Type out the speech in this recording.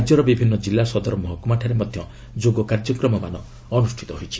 ରାଜ୍ୟର ବିଭିନ୍ନ କିଲ୍ଲା ସଦର ମହକୁମାଠାରେ ମଧ୍ୟ ଯୋଗ କାର୍ଯ୍ୟକ୍ରମମାନ ଅନୁଷ୍ଠିତ ହୋଇଛି